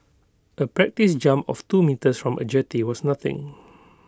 A practise jump of two metres from A jetty was nothing